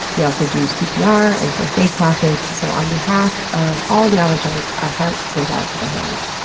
they also do cpr and first aid classes. so on behalf of all the ologites, our heart goes out to the hands.